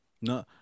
no